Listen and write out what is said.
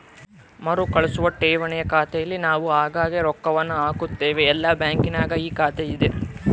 ಮರುಕಳಿಸುವ ಠೇವಣಿಯ ಖಾತೆಯಲ್ಲಿ ನಾವು ಆಗಾಗ್ಗೆ ರೊಕ್ಕವನ್ನು ಹಾಕುತ್ತೇವೆ, ಎಲ್ಲ ಬ್ಯಾಂಕಿನಗ ಈ ಖಾತೆಯಿದೆ